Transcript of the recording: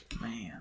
man